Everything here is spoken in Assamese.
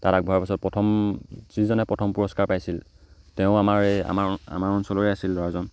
তাত আগবঢ়াৰ পিছত প্ৰথম যিজনে প্ৰথম পুৰস্কাৰ পাইছিল তেওঁ আমাৰ এই আমাৰ আমাৰ অঞ্চলৰেই আছিল ল'ৰাজন